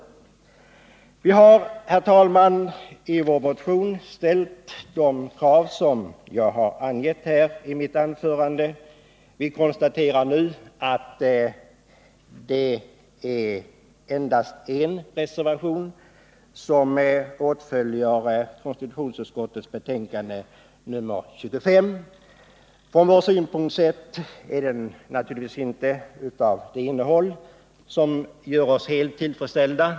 Vi har, herr talman, i vår motion ställt de krav som jag angett i mitt anförande. Vi konstaterar nu att det är endast en reservation som åtföljer konstitutionsutskottets betänkande nr 25. Från vår synpunkt sett har den naturligtvis inte ett innehåll som gör oss helt tillfredsställda.